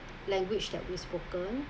language that we spoken